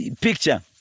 picture